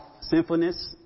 sinfulness